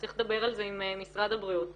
צריך לדבר על זה עם משרד הבריאות ולראות,